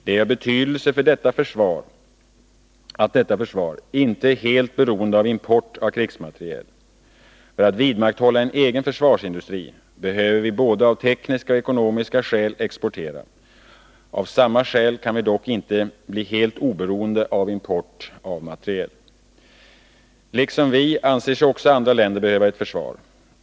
Det är av betydelse att detta försvar inte är helt beroende av import av krigsmateriel. För att vidmakthålla en egen försvarsindustri behöver vi av både tekniska och ekonomiska skäl exportera. Av samma skäl kan vi dock inte bli helt oberoende av import av materiel. Liksom vi anser sig andra länder behöva ett försvar.